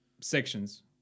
sections